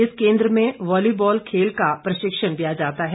इस केंद्र में वालीबॉल खेल का प्रशिक्षण दिया जाता है